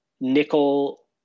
Nickel